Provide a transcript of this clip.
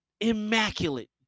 immaculate